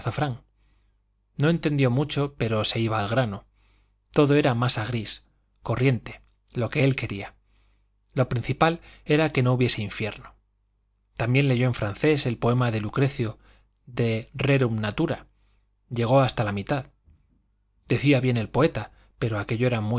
azafrán no entendió mucho pero se iba al grano todo era masa gris corriente lo que él quería lo principal era que no hubiese infierno también leyó en francés el poema de lucrecio de rerum natura llegó hasta la mitad decía bien el poeta pero aquello era